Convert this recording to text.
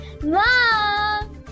Mom